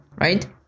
Right